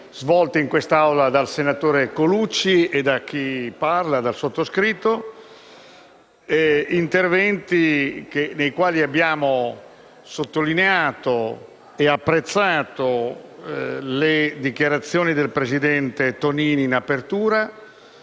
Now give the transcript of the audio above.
svolti in quest'Aula dal senatore Colucci e dal sottoscritto, nei quali abbiamo sottolineato e apprezzato le dichiarazioni del presidente Tonini in apertura.